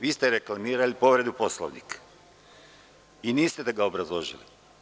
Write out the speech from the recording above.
Vi ste reklamirali povredu Poslovnika i niste obrazložili.